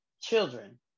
children